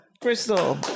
Crystal